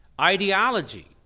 ideology